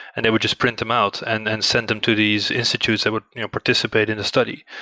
and they would just print them out and then send them to these institute's that would participate in the study.